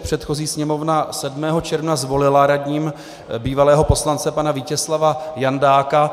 Předchozí Sněmovna 7. června zvolila radním bývalého poslance pana Vítězslava Jandáka.